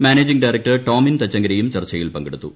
managing director Tomin തച്ചങ്കരിയും ചർച്ചയിൽ പങ്കെടുത്തു